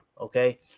okay